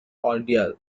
ordeal